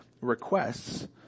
requests